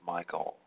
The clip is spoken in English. Michael